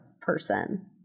person